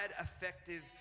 effective